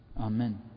Amen